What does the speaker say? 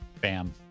bam